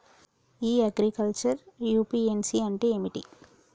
ఇ agriculture UPSC అంటే ఏమిటి?